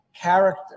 character